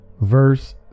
verse